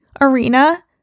arena